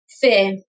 fear